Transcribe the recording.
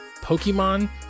pokemon